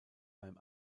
beim